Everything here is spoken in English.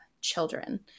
children